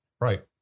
Right